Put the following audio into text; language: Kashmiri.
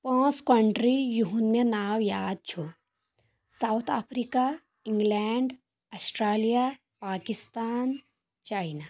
پانٛژھ کنٹری یِہُنٛد مےٚ ناو یاد چُھ ساوُتھ افریٖقہ اِنگلینٛڑ آسٹریلیا پاکِستان چاینہ